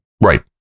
Right